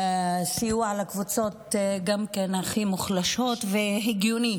סיוע לקבוצות הכי מוחלשות והגיוני